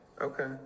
Okay